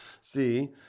See